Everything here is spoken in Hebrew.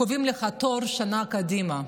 קובעים לך תור שנה קדימה,